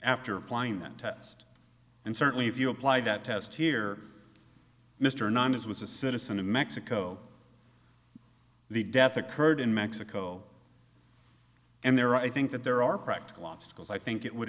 after applying that test and certainly if you apply that test here mr non as was a citizen of mexico the death occurred in mexico and there i think that there are practical obstacles i think it would